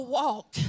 walk